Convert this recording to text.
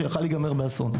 שיכול היה להיגמר באסון.